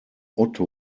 otto